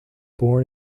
born